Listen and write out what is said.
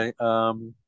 Okay